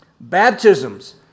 Baptisms